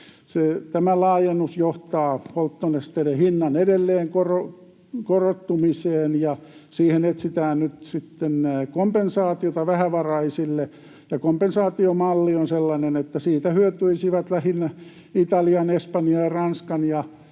Tämä laajennus johtaa polttonesteiden hinnan korottumiseen edelleen, ja siihen etsitään nyt sitten kompensaatiota vähävaraisille. Kompensaatiomalli on sellainen, että siitä hyötyisivät lähinnä Italian, Espanjan, Ranskan